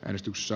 äänestyksessä